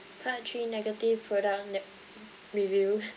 part three negative product ne~ review